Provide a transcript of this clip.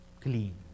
clean